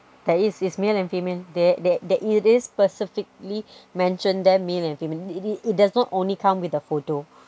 there is it's male and female there there it is specifically mentioned there male and female it it it does not only come with a photo